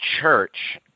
church